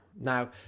Now